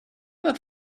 that